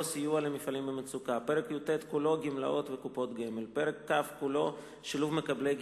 (סיוע למפעלים במצוקה); פרק י"ט כולו (גמלאות